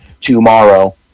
tomorrow